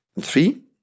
Three